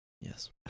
yes